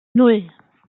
nan